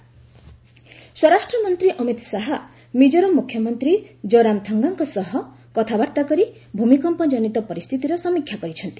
HM Mizoram CM ସ୍ୱରାଷ୍ଟ୍ରମନ୍ତ୍ରୀ ଅମିତ ଶାହା ମିକ୍କୋରାମ ମୁଖ୍ୟମନ୍ତ୍ରୀ ଜୋରାମ ଥଙ୍ଗାଙ୍କ ସହ କଥାବାର୍ତ୍ତା କରି ଭୂମିକମ୍ପ ଜନିତ ପରିସ୍ଥିତିର ସମୀକ୍ଷା କରିଛନ୍ତି